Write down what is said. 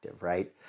right